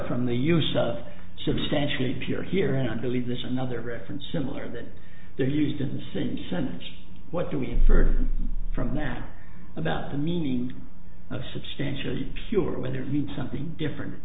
from the use of substantially pure here and i believe this another reference similar that they're used in the same sentence what do we infer from now about the meaning of substantially fewer read something different